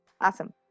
Awesome